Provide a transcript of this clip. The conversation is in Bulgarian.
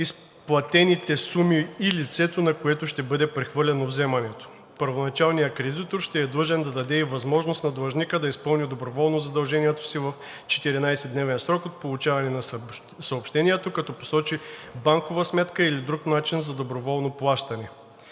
изплатените суми и лицето, на което ще бъде прехвърлено вземането. Първоначалният кредитор ще е длъжен да даде и възможност на длъжника да изпълни доброволно задължението си в 14-дневен срок от получаване на съобщението, като посочи банкова сметка или друг начин за доброволно плащане.